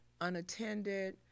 unattended